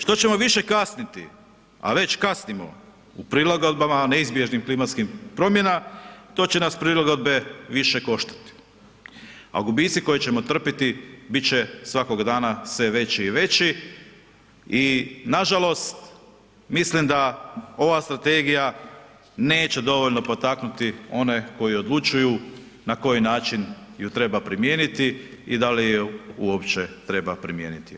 Što ćemo više kasniti, a već kasnimo prilagodbama neizbježnih klimatskih promjena to će nas prilagodbe više koštati, a gubici koje ćemo trpiti bit će svakoga dana sve veći i veći i nažalost mislim da ova strategija neće dovoljno potaknuti one koji odlučuju na koji način ju treba primijeniti i da li ju uopće treba primijeniti.